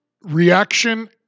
reaction